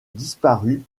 disparu